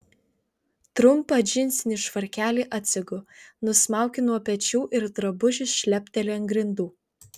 trumpą džinsinį švarkelį atsegu nusmaukiu nuo pečių ir drabužis šlepteli ant grindų